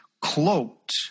cloaked